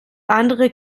andere